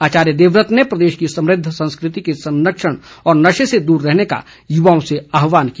आचार्य देवव्रत ने प्रदेश की समुद्ध संस्कृति के संरक्षण और नशे से दूर रहने का युवाओं से आहवान किया